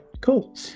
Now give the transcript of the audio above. cool